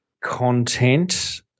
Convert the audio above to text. content